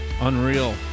unreal